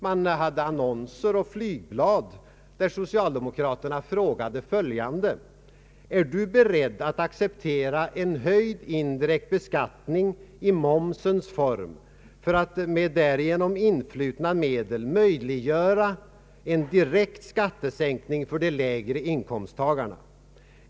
Man hade annonser och flygblad, där socialdemokraterna ställde följande frågor: ”Är du beredd att acceptera en höjd indirekt beskattning i momsens form för att med därigenom influtna medel möjliggöra en direkt skattesänkning för de lägre inkomsttagarna?